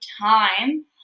time